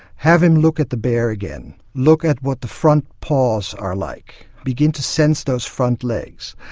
have him look at the bear again, look at what the front paws are like, begin to sense those front legs,